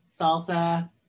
salsa